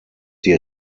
die